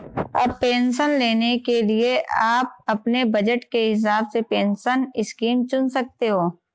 अब पेंशन लेने के लिए आप अपने बज़ट के हिसाब से पेंशन स्कीम चुन सकते हो